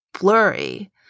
blurry